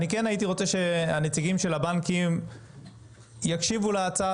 אני כן הייתי רוצה שהנציגים של הבנקים יקשיבו להצעה